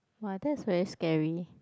!wah! that's very scary